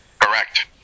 Correct